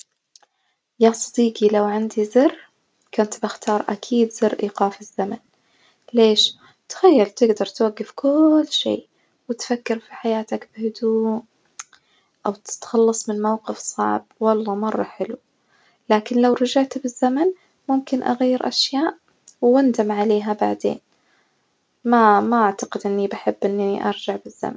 يا صديقي لو عندي زر كنت بختار أكيد زر إيقاف الزمن، ليش؟ تخيل تجدر توجف كول شي وتفكر في حياتك بهدوء، أو تتتخلص من موقف صعب، والله مرة حلو لكن لو رجعت بالزمن ممكن أغير أشياء وأندم عليها بعدين، ما- ما أعتقد إني بحب إني أرجع بالزمن.